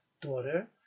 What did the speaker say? daughter